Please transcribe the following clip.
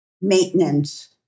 maintenance